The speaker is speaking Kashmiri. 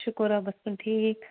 شُکُر رۄبس کُن ٹھیٖک